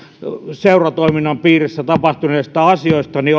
seuratoiminnan piirissä tapahtuneista asioista niin